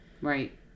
Right